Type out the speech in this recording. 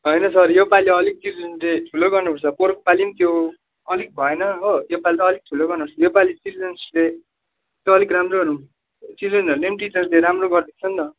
होइन सर योपालि अलिक चिल्ड्रेन डे ठुलो गर्नुपर्छ पोहोरको पालि पनि त्यो अलिक भएन हो योपालि त अलिक ठुलो गर्नुपर्छ योपालि चिल्ड्रेन्स डे अलिक राम्रै गरौँ चिल्ड्रेनहरूले पनि टिचर्स डे राम्रो गरिदिएको छ नि त